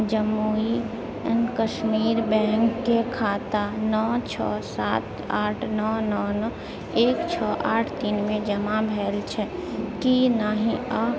Jammu and Kashmir bank के खाता नओ छओ सात आठ नओ नओ नओ एक छओ आठ तीन मे जमा भेल अछि की नहि आ